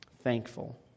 Thankful